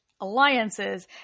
alliances